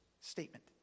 statement